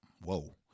Whoa